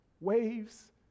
waves